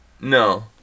No